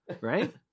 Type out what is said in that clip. right